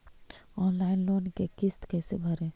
Online loan के किस्त कैसे भरे?